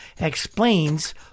explains